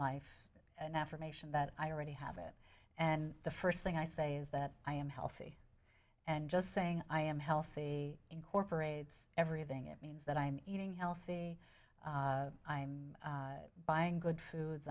life an affirmation that i already have it and the first thing i say is that i am healthy and just saying i am healthy incorporates everything it means that i'm eating healthy i'm buying good foods